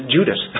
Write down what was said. Judas